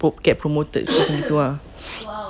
po~ get promoted macam tu ah